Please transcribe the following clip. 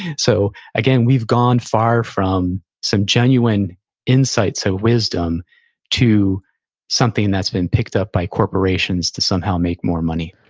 so again, we've gone far from some genuine insights of so wisdom to something that's been picked up by corporations to somehow make more money